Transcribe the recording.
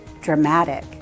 Dramatic